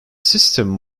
system